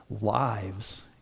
lives